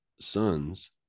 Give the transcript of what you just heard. sons